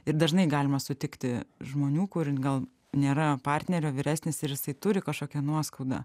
ir dažnai galima sutikti žmonių kur gal nėra partnerio vyresnis ir jisai turi kažkokią nuoskaudą